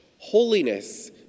Holiness